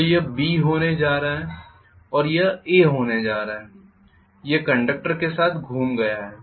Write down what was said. तो यह B होने जा रहा है और यह A होने जा रहा है यह कंडक्टर के साथ घूम गया है